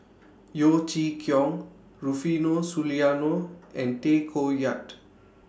Yeo Chee Kiong Rufino Soliano and Tay Koh Yat